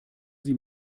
sie